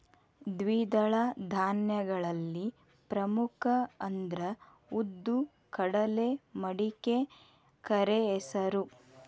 ದ್ವಿದಳ ಧಾನ್ಯಗಳಲ್ಲಿ ಪ್ರಮುಖ ಅಂದ್ರ ಉದ್ದು, ಕಡಲೆ, ಮಡಿಕೆ, ಕರೆಹೆಸರು